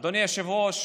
אדוני היושב-ראש,